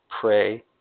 pray